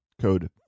code